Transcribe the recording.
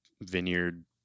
vineyard